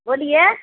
बोलिए